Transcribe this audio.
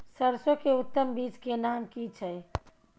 सरसो के उत्तम बीज के नाम की छै?